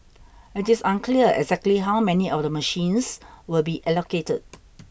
it is unclear exactly how many of the machines will be allocated